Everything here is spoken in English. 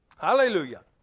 Hallelujah